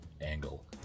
angle